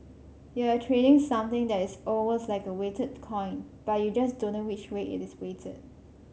you're trading something that is almost like a weighted coin but you just don't know which way it is weighted